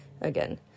again